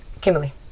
kimberly